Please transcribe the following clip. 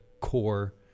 core